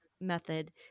method